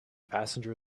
passenger